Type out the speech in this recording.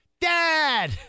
Dad